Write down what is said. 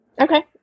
Okay